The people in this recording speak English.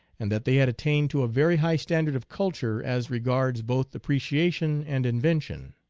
and that they had attained to a very high standard of culture as regards both appreciation and invention.